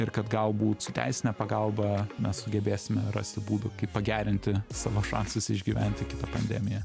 ir kad galbūt su teisine pagalba mes sugebėsime rasti būdų kaip pagerinti savo šansus išgyventi kitą pandemiją